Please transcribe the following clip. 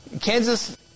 Kansas –